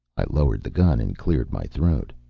i lowered the gun and cleared my throat.